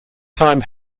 time